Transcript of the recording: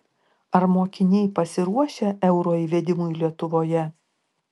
ar mokiniai pasiruošę euro įvedimui lietuvoje